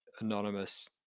anonymous